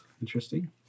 interesting